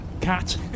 Cat